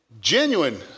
Genuine